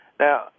Now